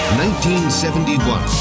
1971